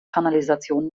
kanalisation